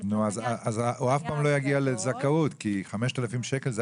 הוא אף פעם לא יגיע לזכאות כי 5,000 שקלים זה